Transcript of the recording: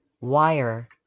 wire